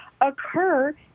occur